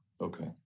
Okay